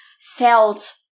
felt